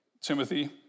Timothy